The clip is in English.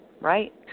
Right